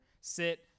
sit